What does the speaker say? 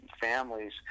families